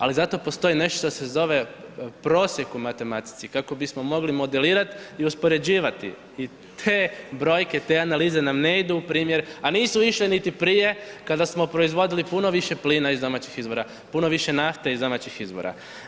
Ali zato postoji nešto što se zove prosjek u matematici kako bismo mogli modelirat i uspoređivati i te brojke i te analize nam ne idu u primjer, a nisu išle niti prije kada smo proizvodili puno više plina iz domaćih izvora, puno više nafte iz domaćih izvora.